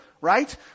right